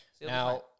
Now